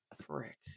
frick